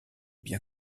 bien